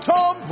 Tom